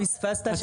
אתה פספסת.